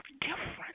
different